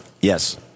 Yes